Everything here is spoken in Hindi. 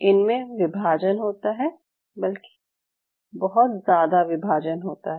इनमे विभाजन होता है बल्कि बहुत ज़्यादा विभाजन होता है